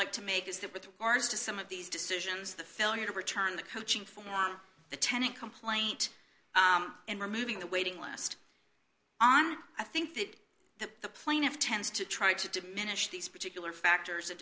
like to make is that with ours to some of these decisions the failure to return the coaching for the tenant complaint and removing the waiting list on i think that that the plaintiff tends to try to diminish these particular factors